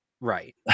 right